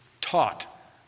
taught